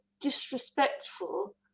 disrespectful